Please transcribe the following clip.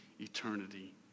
eternity